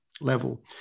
level